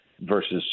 versus